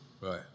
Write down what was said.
Right